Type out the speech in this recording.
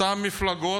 אותן מפלגות,